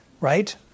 Right